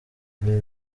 ibi